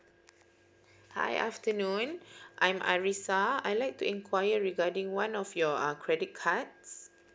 hi afternoon I'm arissa I like to inquire regarding one of your uh credit cards